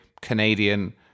Canadian